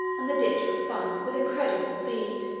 and the ditch was sunk, with incredible speed.